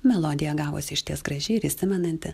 melodija gavosi išties graži ir įsimenanti